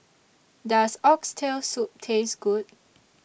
Does Oxtail Soup Taste Good